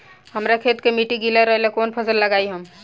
हमरा खेत के मिट्टी गीला रहेला कवन फसल लगाई हम?